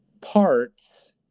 parts